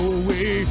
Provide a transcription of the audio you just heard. away